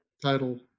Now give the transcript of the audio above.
Title